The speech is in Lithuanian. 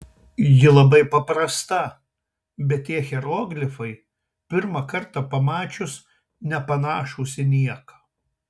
ji labai paprasta bet tie hieroglifai pirmą kartą pamačius nepanašūs į nieką